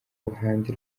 ruhande